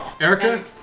Erica